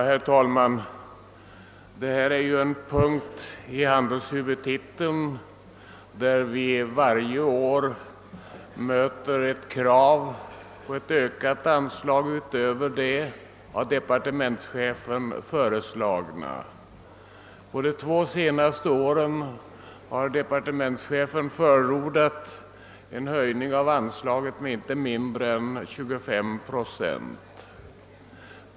Herr talman! Detta är ju en punkt i handelshuvudtiteln, där vi varje år möter ett krav på ökat anslag utöver det av departementschefen föreslagna. De två senaste åren har departementschefen förordat en höjning av anslaget med inte mindre än 25 procent.